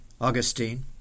Augustine